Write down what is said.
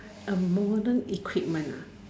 a modern equipment ah